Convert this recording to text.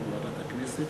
ועדת הכנסת